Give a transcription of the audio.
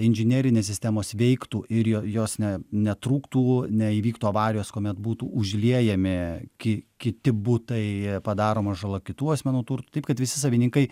inžinerinės sistemos veiktų ir jos ne netrūktų neįvyktų avarijos kuomet būtų užliejami ki kiti butai padaroma žala kitų asmenų turtui taip kad visi savininkai